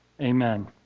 Amen